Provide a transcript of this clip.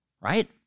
right